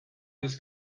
this